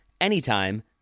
anytime